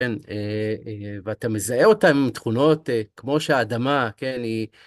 כן, ואתה מזהה אותם עם תכונות כמו שהאדמה, כן, היא...